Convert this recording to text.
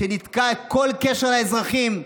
שניתקה כל קשר עם האזרחים,